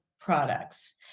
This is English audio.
products